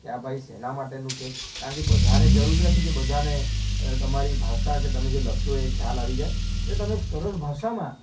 આ ભાઈ શેના માટેનું છે કારણ કે બધાને જરૂરી નથી બધાને તમારી ભાષા કે તમે જે લખ્યું હોય એ ખ્યાલ આવી જાય એ તમે સરળ ભાષામાં